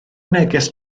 neges